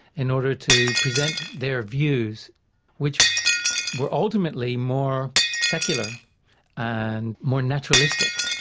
in order to present their views which were ultimately more secular and more naturalistic,